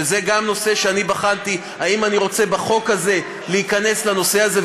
וזה גם נושא שבחנתי אם אני רוצה בחוק הזה להיכנס לנושא הזה,